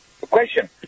Question